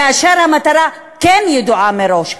כאשר המטרה כן ידועה מראש,